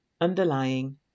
underlying